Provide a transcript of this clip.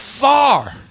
far